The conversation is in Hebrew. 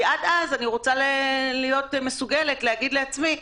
עד אני רוצה להיות מסוגלת להגיד לעצמי: